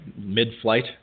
mid-flight